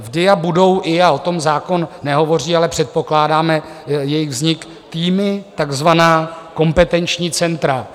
V DIA budou o tom zákon nehovoří, ale předpokládáme jejich vznik týmy, takzvaná kompetenční centra.